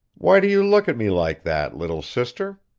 why do you look at me like that, little sister?